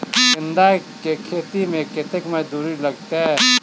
गेंदा केँ खेती मे कतेक मजदूरी लगतैक?